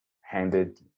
handed